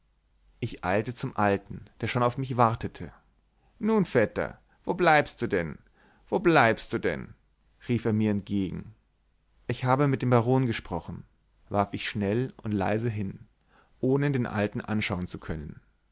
ich eilte zum alten der schon auf mich wartete nun vetter wo bleibst du denn wo bleibst du denn rief er mir entgegen lch habe mit dem baron gesprochen warf ich schnell und leise hin ohne den alten anschauen zu können